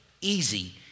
easy